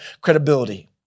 credibility